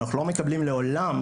אנחנו לא מקבלים לעולם,